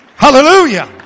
Hallelujah